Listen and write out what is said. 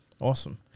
Awesome